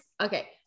okay